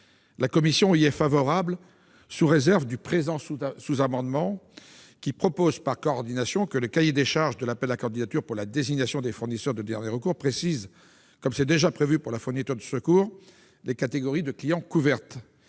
La commission spéciale y est favorable, sous réserve de l'adoption du sous-amendement n° 1008, qui a pour objet, par coordination, que le cahier des charges de l'appel à candidatures pour la désignation des fournisseurs de dernier recours précise, comme c'est déjà prévu pour la fourniture de secours, les catégories de clients couvertes.